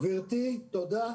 גברתי, תודה.